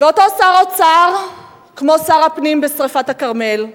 ואותו שר אוצר, כמו שר הפנים בשרפת הכרמל,